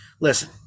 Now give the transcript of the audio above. Listen